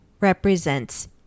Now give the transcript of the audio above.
represents